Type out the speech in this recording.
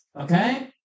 Okay